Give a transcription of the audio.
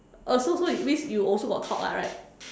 oh so so it means you also got talk lah right